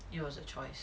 it was her choice